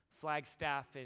Flagstaff